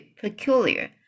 peculiar